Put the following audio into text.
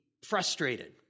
frustrated